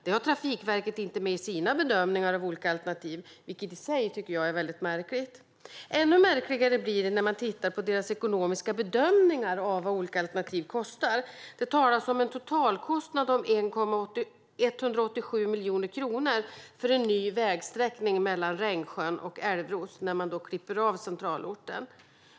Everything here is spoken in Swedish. Det har Trafikverket inte med i sina bedömningar av olika alternativ, vilket jag tycker är väldigt märkligt i sig. Ännu märkligare blir det när man tittar på deras ekonomiska bedömningar av vad olika alternativ kostar. Det talas om en totalkostnad om 187 miljoner kronor för en ny vägsträckning mellan Rengsjön och Älvros när man klipper av centralorten.